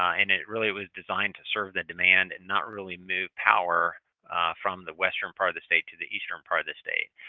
ah and it really was designed to serve the design and and not really move power from the western part of the state to the eastern part of the state.